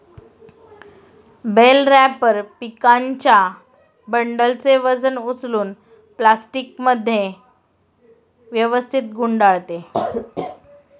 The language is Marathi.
बेल रॅपर पिकांच्या बंडलचे वजन उचलून प्लास्टिकमध्ये व्यवस्थित गुंडाळते